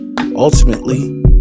ultimately